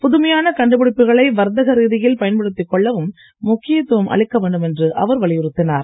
புதுமையான கண்டுபிடிப்புகளை வர்த்தக ரீதியில் பயன்படுத்திக் கொள்ளவும் முக்கியத்துவம் அளிக்க வேண்டும் என்றும் அவர் வலியுறுத்தினார்